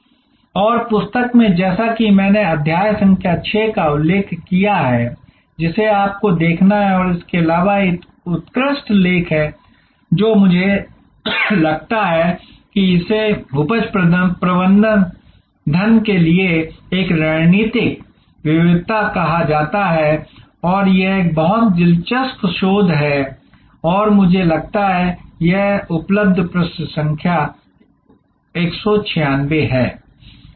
और पुस्तक में जैसा कि मैंने अध्याय संख्या 6 का उल्लेख किया है जिसे आपको देखना है और इसके अलावा एक उत्कृष्ट लेख है जो मुझे लगता है कि इसे उपज प्रबंधन के लिए एक रणनीतिक विविधता कहा जाता है और यह एक बहुत ही दिलचस्प शोध है और मुझे लगता है कि यह उपलब्ध पृष्ठ संख्या 196 है